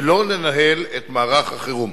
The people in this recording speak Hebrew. ולא לנהל את מערך החירום.